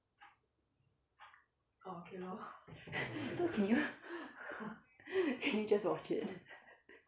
so can you can you just watch it